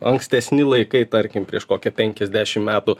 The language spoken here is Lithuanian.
ankstesni laikai tarkim prieš kokią penkiasdešim metų